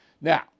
Now